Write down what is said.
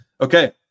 Okay